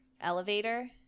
elevator